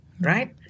right